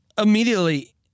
Immediately